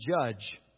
judge